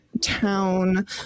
town